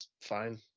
fine